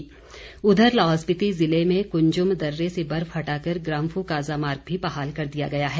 मार्ग बहाल उधर लाहौल स्पीति ज़िले में कुंजुम दर्रे से बर्फ हटाकर ग्रांफू काज़ा मार्ग भी बहाल कर दिया गया है